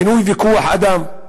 בינוי וכוח-אדם: